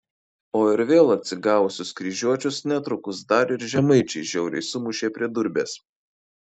o ir vėl atsigavusius kryžiuočius netrukus dar ir žemaičiai žiauriai sumušė prie durbės